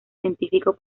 científicos